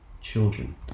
children